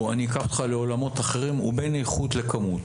אני אקח אותך לעולמות אחרים, הוא בין איכות לכמות.